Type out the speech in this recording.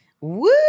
Woo